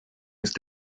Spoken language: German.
ist